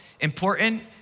important